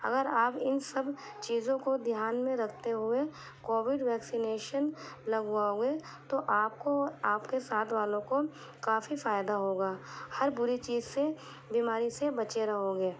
اگر آپ ان سب چیزوں کو دھیان میں رکھتے ہوئے کووڈ ویکسنیشن لگواؤ گے تو آپ کو آپ کے ساتھ والوں کو کافی فائدہ ہوگا ہر بری چیز سے بیماری سے بچے رہو گے